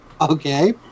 Okay